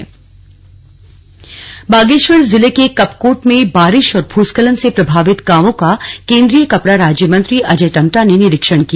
निरीक्षण बागेश्वर जिले के कपकोट में बारिश और भूस्खलन से प्रभावित गांवों का केंद्रीय कपड़ा राज्य मंत्री अजय टम्टा ने निरीक्षण किया